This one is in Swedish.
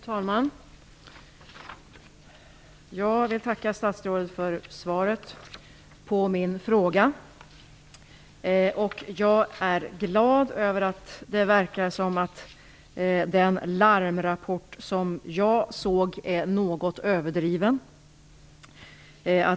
Fru talman! Jag vill tacka statsrådet för svaret på min fråga. Jag är glad över att den larmrapport som jag sett verkar vara något överdriven.